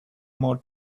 more